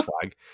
flag